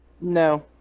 No